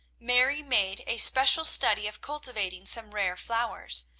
mary made a special study of cultivating some rare flowers,